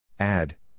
Add